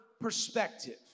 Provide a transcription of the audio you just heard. perspective